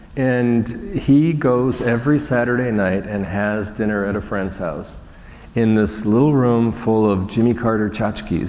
and he goes every saturday night and has dinner at a friend's house in this little room full of jimmy carter tchotchkes,